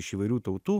iš įvairių tautų